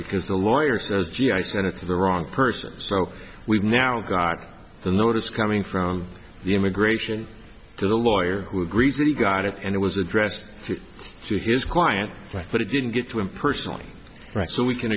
because the lawyer says gee i sent it to the wrong person so we've now got a notice coming from the immigration lawyer who agrees that he got it and it was addressed to his client but it didn't get to him personally so we can